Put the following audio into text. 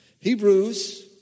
Hebrews